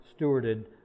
stewarded